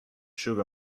sugar